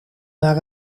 naar